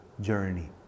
journey